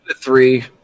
three